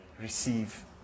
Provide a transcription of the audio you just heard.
receive